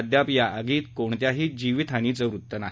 अद्याप या आगीत कोणत्याही जीवितहानीचं वृत्त नाही